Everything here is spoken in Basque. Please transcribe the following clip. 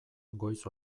goiz